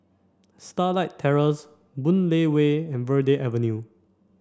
Starlight Terrace Boon Lay Way and Verde Avenue